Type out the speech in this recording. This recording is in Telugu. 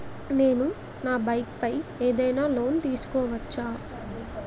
నేను నా బైక్ పై ఏదైనా లోన్ తీసుకోవచ్చా?